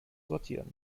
sortieren